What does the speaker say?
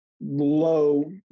low